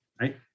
right